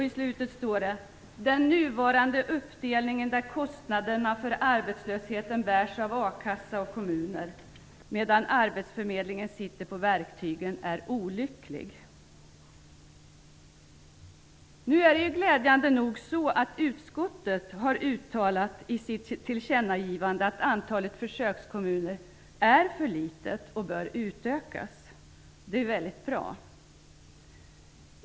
I slutet står det att den nuvarande uppdelningen där kostnaden för arbetslösheten bärs av a-kassa och kommuner medan arbetsförmedlingen sitter på verktygen är olycklig. Nu är det ju glädjande nog så att utskottet i sitt tillkännagivande har uttalat att antalet försökskommuner är för litet och bör utökas. Det är väldigt bra.